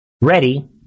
ready